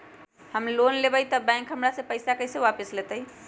हम लोन लेलेबाई तब बैंक हमरा से पैसा कइसे वापिस लेतई?